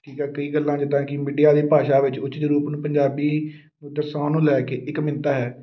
ਠੀਕ ਹੈ ਕਈ ਗੱਲਾਂ ਜਿੱਦਾਂ ਕੀ ਮੀਡੀਆ ਦੀ ਭਾਸ਼ਾ ਵਿੱਚ ਉਚਿਤ ਰੂਪ ਨੂੰ ਪੰਜਾਬੀ ਦਰਸਾਉਣ ਨੂੰ ਲੈ ਕੇ ਇੱਕ ਹੈ